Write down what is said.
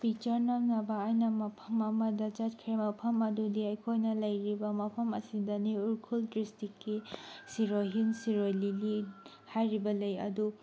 picture ꯅꯝꯅꯕ ꯑꯩꯅ ꯃꯐꯝ ꯑꯃꯗ ꯆꯠꯈ꯭ꯔꯦ ꯃꯐꯝ ꯑꯗꯨꯗꯤ ꯑꯩꯈꯣꯏꯅ ꯂꯩꯔꯤꯕ ꯃꯐꯝ ꯑꯁꯤꯗꯅꯤ ꯎꯈ꯭ꯔꯨꯜ ꯗꯤꯁꯇ꯭ꯔꯤꯛꯀꯤ ꯁꯤꯔꯣꯏ ꯍꯤꯜ ꯁꯤꯔꯣꯏ ꯂꯤꯂꯤ ꯍꯥꯏꯔꯤꯕ ꯂꯩ ꯑꯗꯨ